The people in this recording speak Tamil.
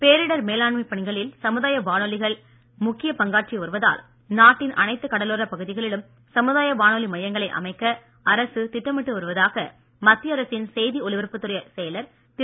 பேரிடர் மேலாண்மைப் பணிகளில் சமுதாய வானொலிகள் முக்கிய பங்காற்றி வருவதால் நாட்டின் அனைத்து கடலோர பகுதிகளிலும் சமுதாய வானொலி மையங்களை அமைக்க அரசு திட்டமிட்டு வருவதாக மத்திய அரசின் செய்தி ஒலிபரப்புத் துறை செயலர் திரு